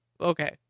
Okay